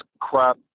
crap